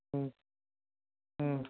ம் ம்